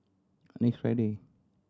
next Friday